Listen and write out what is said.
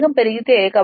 కాబట్టి n n S